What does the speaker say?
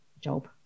job